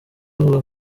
avuga